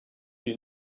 you